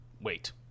wait